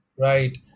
right